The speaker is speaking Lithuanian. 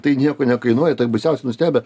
tai nieko nekainuoja tai ir baisiausiai nustebę